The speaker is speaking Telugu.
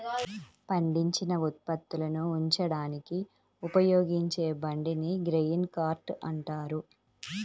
పండించిన ఉత్పత్తులను ఉంచడానికి ఉపయోగించే బండిని గ్రెయిన్ కార్ట్ అంటారు